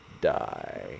die